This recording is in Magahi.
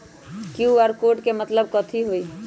कियु.आर कोड के मतलब कथी होई?